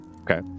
Okay